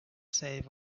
save